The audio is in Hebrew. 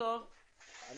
אז אני אתייחס רק לסעיף אחד,